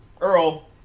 Earl